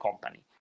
company